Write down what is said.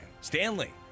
Stanley